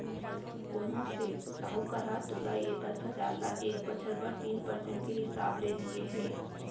कोनों सेठ, साहूकार ह तोला ए दस हजार ल एक बछर बर तीन परसेंट के हिसाब ले दिये हे?